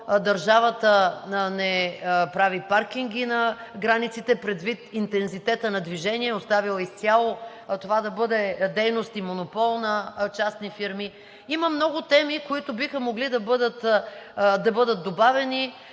държавата не прави паркинги на границите, предвид интензитета на движение, оставила е изцяло това да бъде дейност и монопол на частни фирми. Има много теми, които биха могли да бъдат добавени,